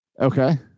Okay